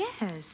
Yes